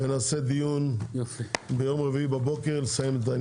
ונעשה דיון ביום רביעי בבוקר לסיים את זה.